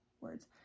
words